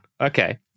okay